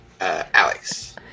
Alex